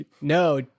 no